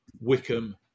Wickham